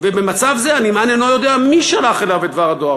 ובמצב זה הנמען אינו יודע מי שלח אליו את דבר הדואר